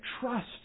trust